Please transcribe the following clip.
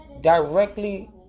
Directly